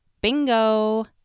Bingo